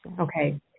Okay